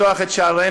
לפתוח את שערינו.